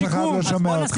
משרד הביטחון.